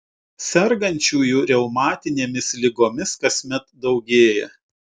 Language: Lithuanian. sergančiųjų reumatinėmis ligomis kasmet daugėja